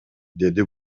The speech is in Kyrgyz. деди